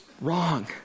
wrong